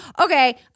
Okay